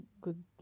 good